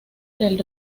del